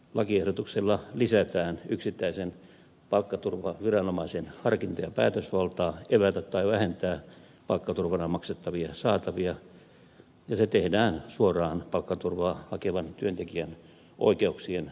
lakiehdotuksella lisätään yksittäisen palkkaturvaviranomaisen harkinta ja päätösvaltaa evätä tai vähentää palkkaturvana maksettavia saatavia ja se tehdään suoraan palkkaturvaa hakevan työntekijän oikeuksien kustannuksella